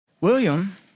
william